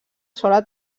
sola